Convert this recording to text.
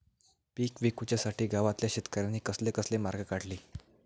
पीक विकुच्यासाठी गावातल्या शेतकऱ्यांनी कसले कसले मार्ग काढले?